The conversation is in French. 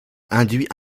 induit